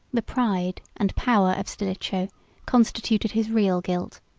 the pride and power of stilicho constituted his real guilt.